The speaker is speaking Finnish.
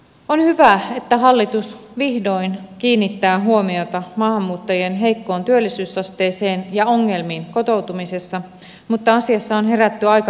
on hyvä että hallitus vihdoin kiinnittää huomiota maahanmuuttajien heikkoon työllisyysasteeseen ja ongelmiin kotoutumisessa mutta asiassa on herätty aika pitkällä viiveellä